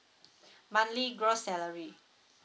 monthly gross salary